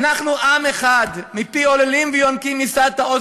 אנחנו עם אחד, מפי עוללים ויונקים ייסדת עוז.